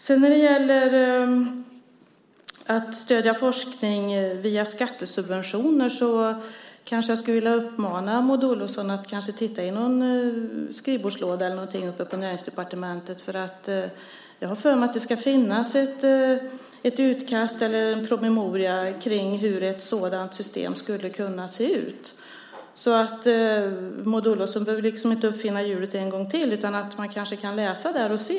När det sedan gäller att stödja forskning via skattesubventioner vill jag uppmana Maud Olofsson att titta i någon skrivbordslåda eller någonting uppe på Näringsdepartementet. Jag har nämligen för mig att det ska finnas ett utkast eller en promemoria kring hur ett sådant system skulle kunna se ut. Maud Olofsson behöver alltså inte uppfinna hjulet en gång till, utan hon kanske kan läsa där och se.